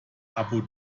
abu